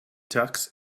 tux